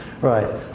Right